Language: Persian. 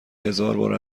هزاربار